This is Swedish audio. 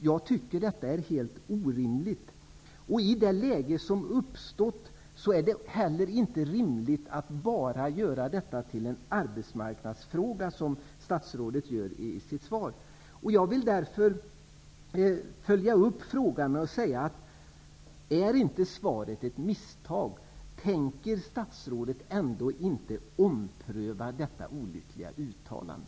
Jag tycker detta är helt orimligt. I det läge som har uppstått är det heller inte rimligt att bara göra detta till en arbetsmarknadsfråga, som statsrådet gör i sitt svar. Jag vill därför följa upp frågan med att säga: Är inte svaret ett misstag? Tänker statsrådet ändå inte ompröva detta olyckliga uttalande?